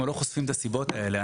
אנחנו לא חושפים את הסיבות האלה.